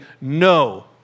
no